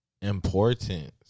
importance